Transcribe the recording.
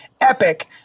epic